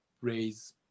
raise